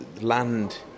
land